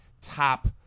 top